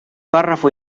párrafo